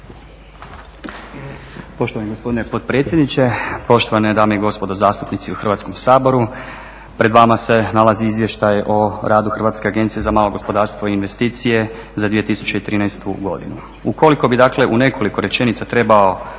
Poštovani gospodine potpredsjedniče, poštovane dame i gospodo zastupnici u Hrvatskom saboru. Pred vama se nalazi Izvještaj o radu Hrvatske agencije za malo gospodarstvo i investicije za 2013. godinu. Ukoliko bi dakle u nekoliko rečenica trebao